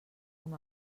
com